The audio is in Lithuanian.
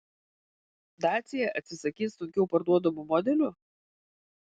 dacia atsisakys sunkiau parduodamų modelių